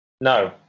No